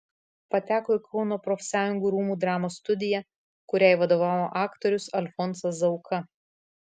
pateko į kauno profsąjungų rūmų dramos studiją kuriai vadovavo aktorius alfonsas zauka